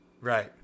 Right